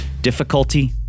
Difficulty